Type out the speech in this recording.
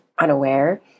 unaware